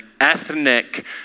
ethnic